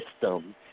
system